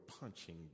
punching